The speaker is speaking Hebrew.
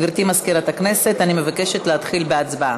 גברתי מזכירת הכנסת, אני מבקשת להתחיל בהצבעה.